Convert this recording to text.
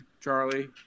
Charlie